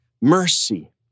mercy